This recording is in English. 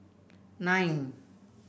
nine